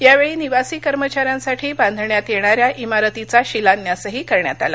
या वेळी निवासी कर्मचाऱ्यांसाठी बांधण्यात येणाऱ्या इमारतीचा शिलान्यासही करण्यात आला